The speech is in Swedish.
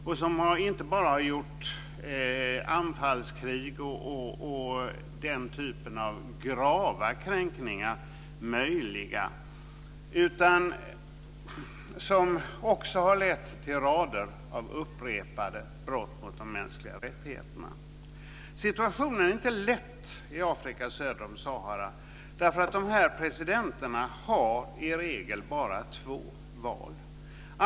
Det har inte bara gjort anfallskrig och den typen av grava kränkningar möjliga utan har också lett till rader av upprepade brott mot de mänskliga rättigheterna. Situationen är inte lätt i Afrika söder om Sahara. Presidenterna har i regel bara två val.